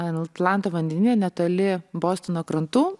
an atlanto vandenyne netoli bostono krantų